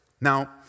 Now